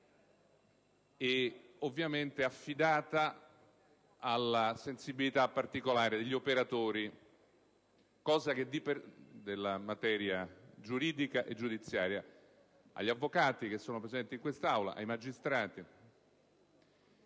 e ovviamente affidata alla sensibilità particolare degli operatori della materia giuridica e giudiziaria: agli avvocati che sono presenti in quest'Aula e ai magistrati.